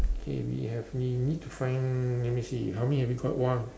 okay we have we need to find let me see how many have we caught !wah!